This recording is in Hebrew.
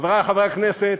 חברי חברי הכנסת,